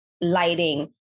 lighting